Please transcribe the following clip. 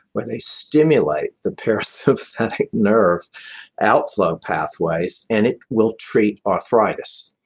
where they stimulate the parasympathetic nerve outflow pathways and it will treat arthritis